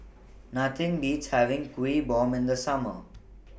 Nothing Beats having Kuih Bom in The Summer